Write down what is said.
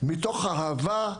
מתוך אהבה,